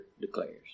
declares